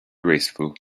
graceful